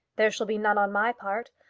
there shall be none on my part.